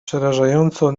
przerażająco